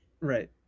Right